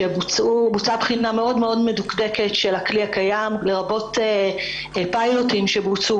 שבוצעה בחינה מאוד מאוד מדוקדקת של הכלי הקיים לרבות פיילוטים שבוצעו,